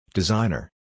Designer